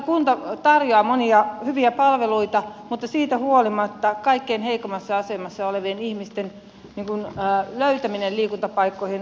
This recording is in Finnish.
kunta tarjoaa monia hyviä palveluita mutta siitä huolimatta kaikkein heikoimmassa asemassa olevien ihmisten on entistä vaikeampaa löytää liikuntapaikkoihin